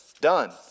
done